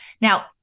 Now